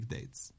Dates